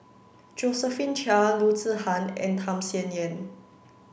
Josephine Chia Loo Zihan and Tham Sien Yen